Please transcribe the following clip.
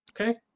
Okay